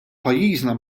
pajjiżna